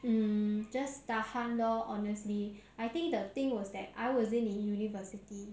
mm just tahan lor honestly I think the thing was that I wasn't in a university